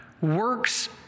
works